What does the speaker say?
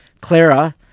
Clara